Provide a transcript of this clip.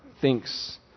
thinks